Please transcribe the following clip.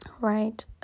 right